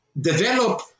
develop